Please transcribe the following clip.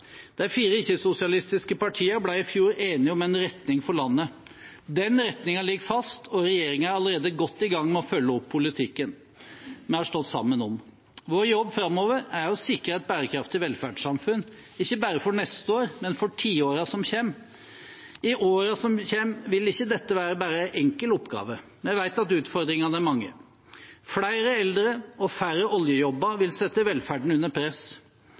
De fire ikke-sosialistiske partiene ble i fjor enige om en retning for landet. Den retningen ligger fast, og regjeringen er allerede godt i gang med å følge opp politikken vi har stått sammen om. Vår jobb framover er å sikre et bærekraftig velferdssamfunn, ikke bare for neste år, men for tiårene som kommer. I årene som kommer, vil ikke dette være en bare enkel oppgave. Vi vet at utfordringene er mange: Flere eldre og færre oljejobber vil sette velferden under press.